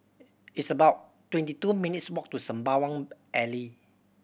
it's about twenty two minutes' walk to Sembawang Alley